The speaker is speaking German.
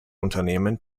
unternehmen